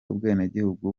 ubwenegihugu